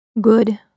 Good